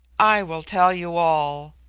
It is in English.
i will tell you all.